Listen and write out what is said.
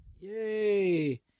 Yay